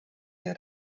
der